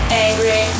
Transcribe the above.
angry